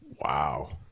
Wow